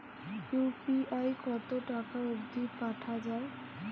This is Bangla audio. ইউ.পি.আই কতো টাকা অব্দি পাঠা যায়?